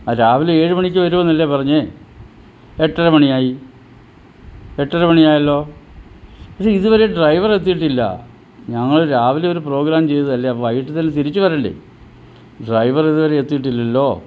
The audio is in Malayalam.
ആ രാവിലെ ഏഴ് മണിക്ക് വരുമെന്നല്ലേ പറഞ്ഞത് എട്ടര മണിയായി എട്ടര മണിയായല്ലോ പക്ഷേ ഇതുവരേം ഡ്രൈവറെത്തീട്ടില്ല ഞങ്ങൾ രാവിലെ ഒരു പ്രോഗ്രാം ചെയ്തതല്ലേ വൈകീട്ട് തന്നെ തിരിച്ച് വരണ്ടെ ഡ്രൈവർ ഇതുവരെ എത്തീട്ടില്ലല്ലോ